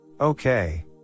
Okay